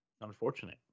unfortunate